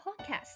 Podcast